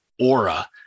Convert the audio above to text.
aura